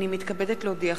הנני מתכבדת להודיעכם,